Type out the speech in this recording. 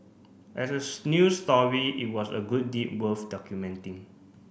as news story it was a good deed worth documenting